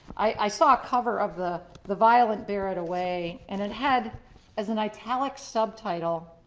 i saw a cover of the the violent bear it away and it had as an italics subtitle,